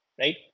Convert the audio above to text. right